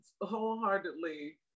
wholeheartedly